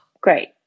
great